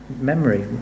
memory